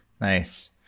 nice